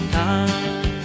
time